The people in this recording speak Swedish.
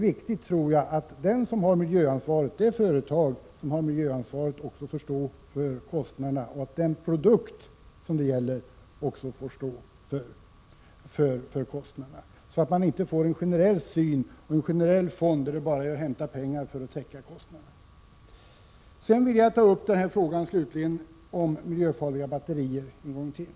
Jag tror det är viktigt att det företag som har miljöansvaret också får stå för kostnaderna och att den produkt som det gäller får stå för kostnaderna, så att vi inte får en allmän fond där det bara är att hämta pengar för att täcka kostnaderna. Slutligen vill jag ta upp frågan om miljöfarliga batterier en gång till.